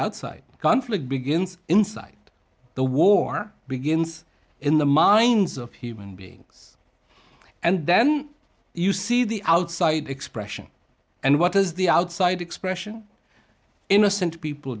outside the conflict begins inside the war begins in the minds of human beings and then you see the outside expression and what is the outside expression innocent people